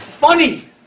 funny